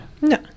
No